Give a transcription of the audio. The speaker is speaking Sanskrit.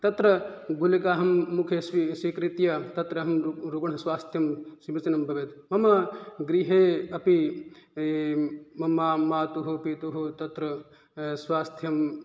तत्र गुलिका अहं मुखे स्वीकृत्य तत्र अहं रुग्णस्वास्थ्यं समीचीनं भवेत् मम गृहे अपि मम मातुः पितुः तत्र स्वास्थ्यं